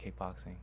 kickboxing